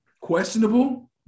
questionable